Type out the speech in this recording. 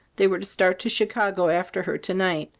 they were to start to chicago after her to-night.